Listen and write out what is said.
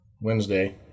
Wednesday